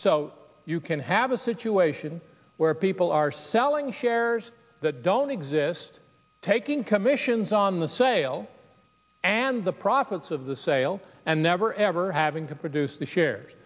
so you can have a situation where people are selling shares that don't exist taking commissions on the sale and the profits of the sale and never ever having to produce the shares